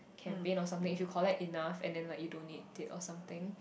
campaign or something if you collect enough and then like you donate it or something